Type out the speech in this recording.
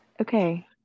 Okay